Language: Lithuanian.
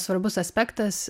svarbus aspektas